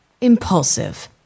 impulsive